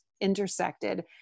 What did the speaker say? intersected